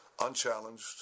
unchallenged